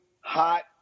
hot